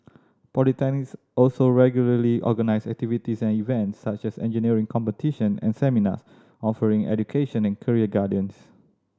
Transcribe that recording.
polytechnics also regularly organise activities and events such as engineering competition and seminars offering education and career guidance